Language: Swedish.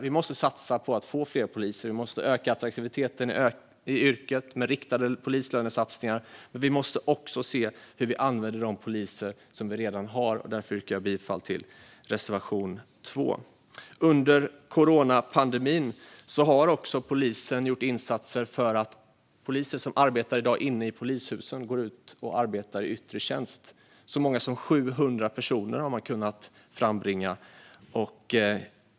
Vi måste satsa på att få fler poliser, och vi måste öka attraktiviteten i yrket genom riktade polislönesatsningar - men vi måste även se hur vi använder de poliser vi redan har. Därför yrkar jag alltså bifall till reservation 2. Under coronapandemin har polisen också gjort insatser så att poliser som i dag arbetar inne i polishusen har kunnat gå ut och arbeta i yttre tjänst. Så många som 700 personer har man kunnat frambringa.